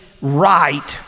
right